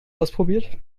ausprobiert